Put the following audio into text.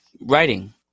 writing